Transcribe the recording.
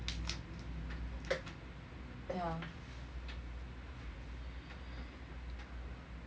yeah